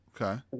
Okay